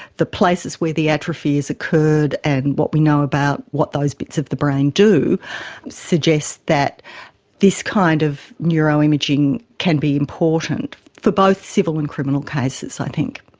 the places where the atrophy has occurred and what we know about what those bits of the brain do suggest that this kind of neuroimaging can be important for both civil and criminal cases i think.